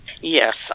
Yes